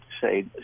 say